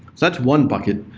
that's one bucket.